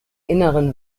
inneren